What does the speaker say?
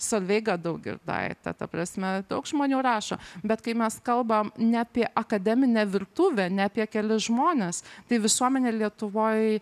solveiga daugirdaitė ta prasme daug žmonių rašo bet kai mes kalbam ne apie akademinę virtuvę ne apie kelis žmones tai visuomenė lietuvoj